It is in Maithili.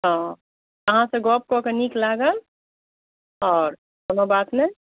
हँ अहाँसँ गप कऽ कऽ नीक लागल आओर कोनो बात नहि